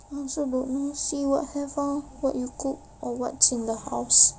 I also don't know see what have lah what you cook or what's in the house